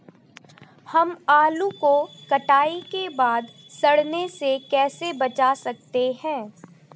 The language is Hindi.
हम आलू को कटाई के बाद सड़ने से कैसे बचा सकते हैं?